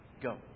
go